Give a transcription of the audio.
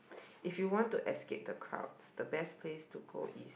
if you want to escape the crowds the best place to go is